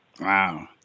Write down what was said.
Wow